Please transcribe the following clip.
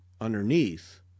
underneath